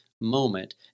moment